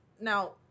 now